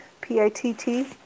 P-I-T-T